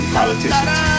politicians